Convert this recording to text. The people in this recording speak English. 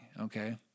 okay